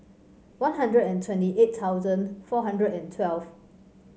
One Hundred and twenty eight thousand four hundred and twelve